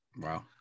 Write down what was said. Wow